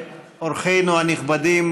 אורחינו הנכבדים,